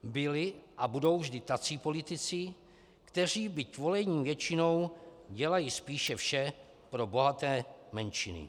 Byli a budou vždy tací politici, kteří, byť volení většinou, dělají spíše vše pro bohaté menšiny.